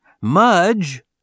Mudge